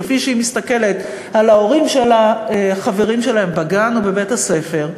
כפי שהיא מסתכלת על ההורים של החברים שלהם בגן או בבית-הספר,